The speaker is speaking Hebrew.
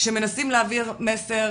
כשמנסים להעביר מסר